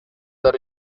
are